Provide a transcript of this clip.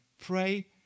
pray